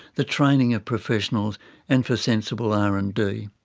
the training of professionals and for sensible r and d.